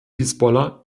hisbollah